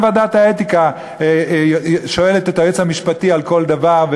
גם ועדת האתיקה שואלת את היועץ המשפטי על כל דבר,